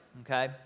Okay